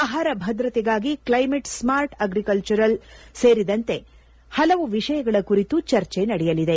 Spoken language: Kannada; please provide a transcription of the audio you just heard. ಆಹಾರ ಭದ್ರತೆಗಾಗಿ ಕ್ಷೈಮೇಟ್ ಸ್ಮಾರ್ಟ್ ಅಗ್ರಿಕಲ್ಚರ್ ಸೇರಿದಂತೆ ಹಲವು ವಿಷಯಗಳ ಕುರಿತು ಚರ್ಚೆ ನಡೆಯಲಿದೆ